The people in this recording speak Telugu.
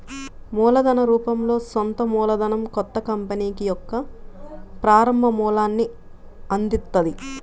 మూలధన రూపంలో సొంత మూలధనం కొత్త కంపెనీకి యొక్క ప్రారంభ మూలాన్ని అందిత్తది